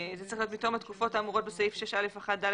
זה צריך להיות "מתחום התקופות האמורות בסעיף 6א1(ד)